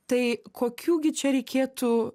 tai kokių gi čia reikėtų